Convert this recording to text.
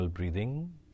breathing